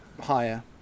higher